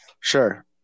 Sure